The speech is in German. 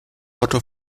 otto